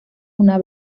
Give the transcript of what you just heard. una